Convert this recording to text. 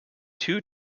two